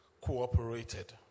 cooperated